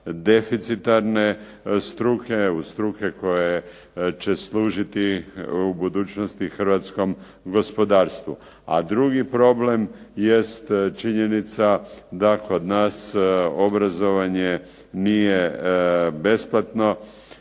deficitarne struke, u struke koje će služiti u budućnosti hrvatskom gospodarstvu. A drugi problem jest činjenica da kod nas obrazovanje nije besplatno